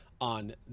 on